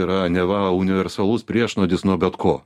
yra neva universalus priešnuodis nuo bet ko